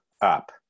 up